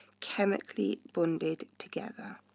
chemically bonded together.